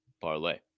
parlay